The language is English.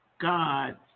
God